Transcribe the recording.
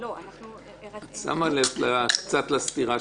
את שמה לב לסתירה.